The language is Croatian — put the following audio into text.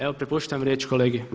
Evo prepuštam riječ kolegi.